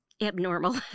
abnormal